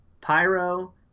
pyro